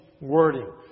wording